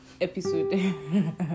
episode